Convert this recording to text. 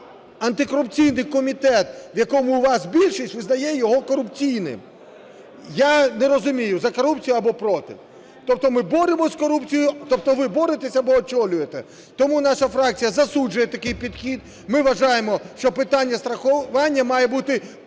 а антикорупційний комітет, в якому у вас більшість, визнає його корупційним. Я не розумію: за корупцію або проти? Тобто ми боремося з корупцією, тобто ви боретесь або очолюєте? Тому наша фракція засуджує такий підхід. Ми вважаємо, що питання страхування має бути